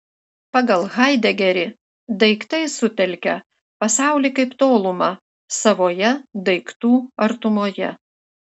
pagal haidegerį daiktai sutelkia pasaulį kaip tolumą savoje daiktų artumoje